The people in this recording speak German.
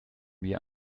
wir